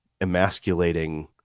emasculating